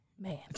Man